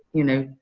you know,